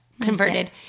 converted